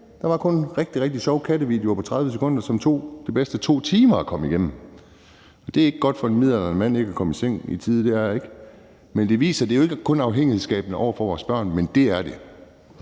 Der var kun rigtig, rigtig sjove kattevideoer på 30 sekunder, som tog det bedste af 2 timer at komme igennem. Det er ikke godt for en midaldrende mand ikke at komme i seng i tide, det er det ikke. Det viser, at det jo ikke kun er afhængighedsskabende for vores børn, men det er det